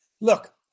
look